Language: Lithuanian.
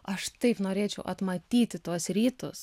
aš taip norėčiau atmatyti tuos rytus